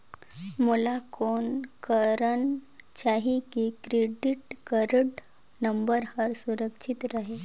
मोला कौन करना चाही की क्रेडिट कारड नम्बर हर सुरक्षित रहे?